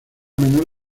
menor